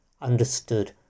understood